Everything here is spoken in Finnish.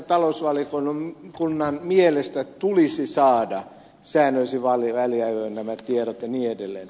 talousvaliokunnan mielestä tulisi saada säännöllisin väliajoin nämä tiedot ja niin edelleen